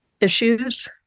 issues